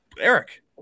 Eric